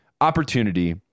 opportunity